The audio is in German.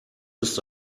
ist